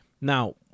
Now